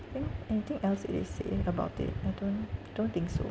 anything else did they say about it I don't I don't think so